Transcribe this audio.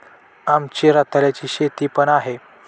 आमची रताळ्याची शेती पण आहे